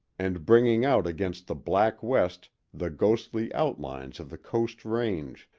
and bringing out against the black west the ghostly outlines of the coast range,